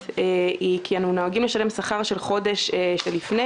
היא כי אנחנו נוהגים לשלם שכר של החודש שלפני,